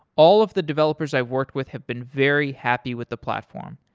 all of the developers i've worked with have been very happy with the platform.